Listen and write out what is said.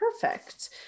Perfect